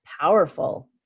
powerful